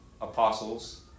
apostles